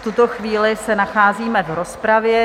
V tuto chvíli se nacházíme v rozpravě.